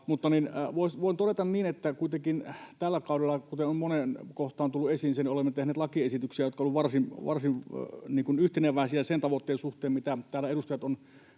voin todeta niin, että kuitenkin tällä kaudella, kuten on moneen kohtaan tullut esiin, olemme tehneet lakiesityksiä, jotka ovat olleet varsin yhteneväisiä sen tavoitteen suhteen, mitä täällä edustajat ovat